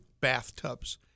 bathtubs